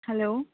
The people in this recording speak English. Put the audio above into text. hello